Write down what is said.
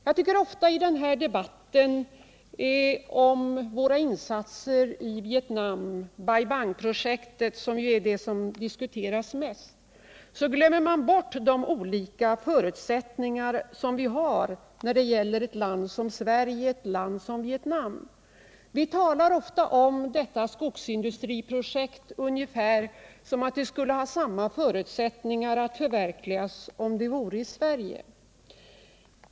Jag tycker att man i den här debatten om våra insatser i Vietnam, närmast Bai Bang-projektet som diskuteras mest, ofta glömmer bort de olika förutsättningarna för ett land som Sverige och ett land som Vietnam. Vi talar om detta skogsindustriprojekt som om det skulle vara lika goda förutsättningar att genomföra det i Vietnam som i Sverige.